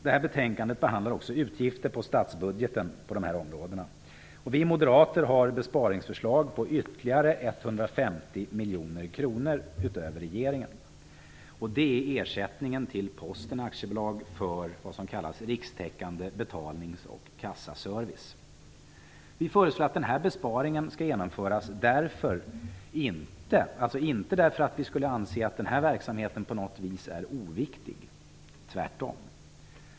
Detta betänkande behandlar också utgifter i statsbudgeten på dessa områden. Vi moderater har ett besparingsförslag på 150 miljoner kronor utöver vad regeringen föreslår. Det är ersättningen till Posten AB för vad som kallas rikstäckande betalnings och kassaservice. Vi föreslår inte denna besparing därför att vi skulle anse att denna verksamhet är oviktig - tvärtom.